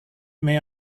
may